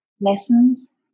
lessons